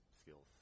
skills